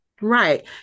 right